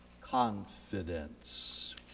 confidence